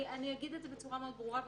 אני אגיד בצורה ברורה וקצרה.